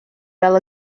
fel